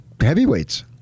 heavyweights